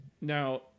Now